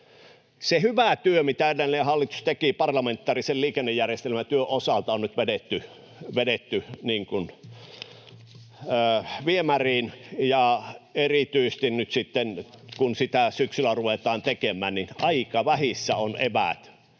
Se hyvä työ, mitä edellinen hallitus teki parlamentaarisen liikennejärjestelmätyön osalta, on nyt vedetty viemäriin, ja erityisesti kun sitä syksyllä ruvetaan tekemään, niin aika vähissä ovat eväät,